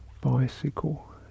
bicycle